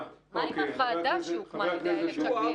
מה עם הוועדה שהוקמה על ידי אילת שקד?